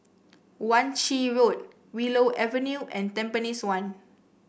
Wan Shih Road Willow Avenue and Tampines one